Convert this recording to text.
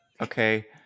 Okay